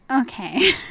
Okay